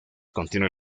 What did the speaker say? contiene